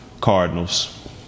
Cardinals